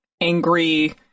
angry